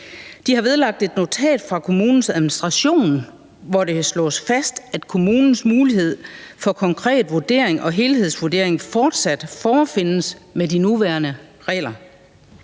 De har vedlagt et notat fra kommunens administration, hvor det slås fast, at kommunens mulighed for konkret vurdering og helhedsvurdering fortsat forefindes med de nuværende regler.